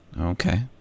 Okay